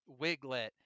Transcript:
Wiglet